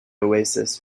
oasis